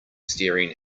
staring